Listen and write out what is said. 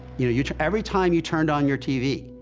you know you know, every time you turned on your tv,